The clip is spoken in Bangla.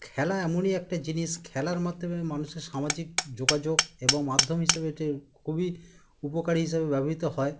খেলা এমনই একটা জিনিস খেলার মাধ্যমে মানুষের সামাজিক যোগাযোগ এবং মাধ্যম হিসাবে এটির খুবই উপকারী হিসাবে ব্যবহৃত হয়